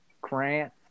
Grant